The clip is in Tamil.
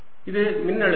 இது மின்னழுத்தம்